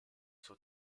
suo